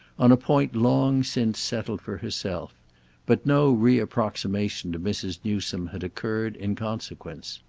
on a point long since settled for herself but no reapproximation to mrs. newsome had occurred in consequence.